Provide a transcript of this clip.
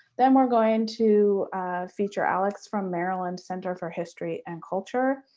then we're going to feature alex from maryland, center for history and culture,